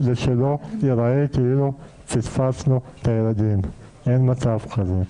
שלא יראה כאילו פספסנו את הילדים, אין מצב כזה.